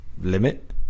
limit